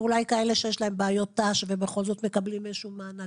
אולי כאלה שיש להם בעיות ת"ש ובכל זאת מקבלים איזשהו מענק.